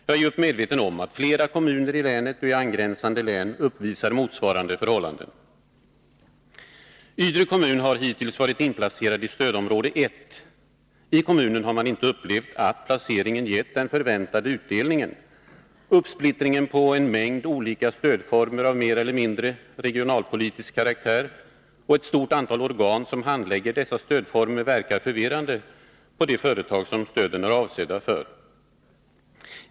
Jag är djupt medveten om att flera kommuner i länet och i angränsande län uppvisar motsvarande förhållanden. Ydre kommun har hittills varit inplacerad i stödområde 1. I kommunen har man inte upplevt att placeringen gett den förväntade utdelningen. Uppsplittringen på en mängd olika stödformer av mer eller mindre regionalpolitisk karaktär och ett stort antal organ som handlägger dessa stödformer verkar förvirrande på de företag som stöden är avsedda för.